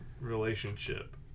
relationship